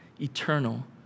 eternal